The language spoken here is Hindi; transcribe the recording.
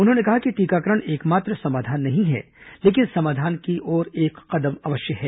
उन्होंने कहा कि टीकाकरण एकमात्र समाधान नहीं है लेकिन समाधान की ओर एक कदम अवश्य है